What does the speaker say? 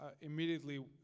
immediately